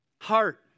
Heart